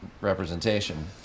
representation